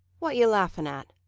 what you laughing at?